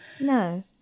No